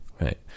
Right